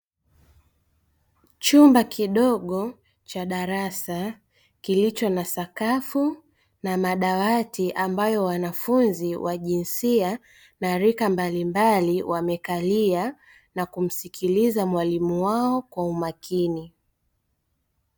Chumba kidogo cha darasa kilicho na sakafu na madawati ambayo wanafunzi wa jinsia na rika mbalimbali wamekalia, na kumsikiliza mwalimu wao kwa umakini.